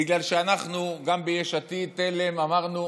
בגלל שאנחנו גם ביש עתיד-תל"ם אמרנו: